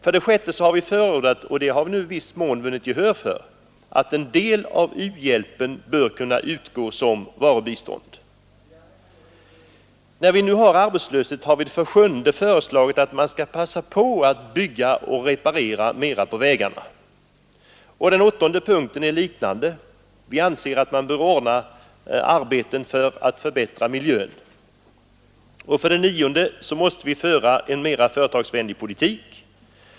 För det femte har vi förordat, och det har vi nu i viss mån vunnit gehör för, att en del av u-hjälpen bör kunna utgå som varubistånd. När det nu förekommer arbetslöshet har vi för det sjunde föreslagit att man skall passa på att bygga och reparera mera på vägarna. Nästa punkt är av liknande typ: vi anser för det åttonde att man bör ordna arbeten för att förbättra miljön. För det nionde måste vi föra en mera företagsvänlig politik.